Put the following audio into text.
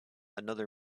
another